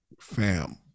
Fam